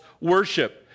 worship